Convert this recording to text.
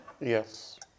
Yes